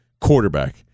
quarterback